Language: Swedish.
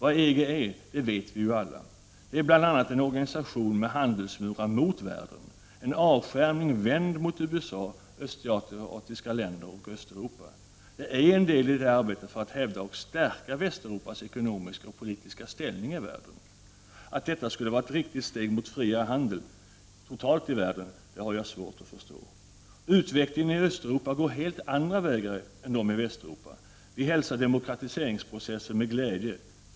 Vad EG är, det vet vi ju alla. Det är bl.a. en organisation med handelsmurar mot världen, en avskärmning vänd mot USA, östasiatiska länder och Östeuropa. Det utgör en del i ett arbete för att hävda och stärka Västeuropas ekonomiska och politiska ställning i världen. Att detta skulle vara ett riktigt steg i riktning mot friare världshandel har jag svårt att förstå. Utvecklingen i Östeuropa går helt andra vägar än utvecklingen i Västeuropa. Vi hälsar demokratiseringsprocessen med glädje.